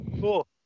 cool